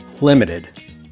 limited